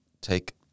take